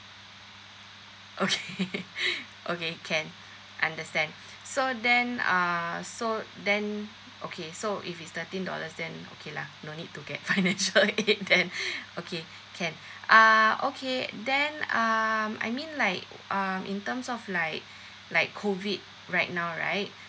okay okay can understand so then uh so then okay so if it's thirteen dollars then okay lah no need to get financial aid then okay can uh okay then um I mean like um in terms of like like COVID right now right